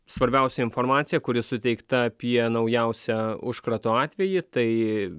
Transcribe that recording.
svarbiausią informaciją kuri suteikta apie naujausią užkrato atvejį tai